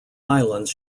islands